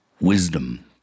wisdom